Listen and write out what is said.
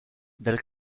del